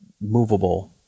movable